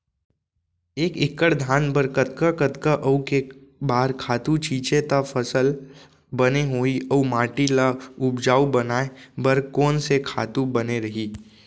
एक एक्कड़ धान बर कतका कतका अऊ के बार खातू छिंचे त फसल बने होही अऊ माटी ल उपजाऊ बनाए बर कोन से खातू बने रही?